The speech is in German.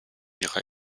ihrer